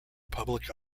public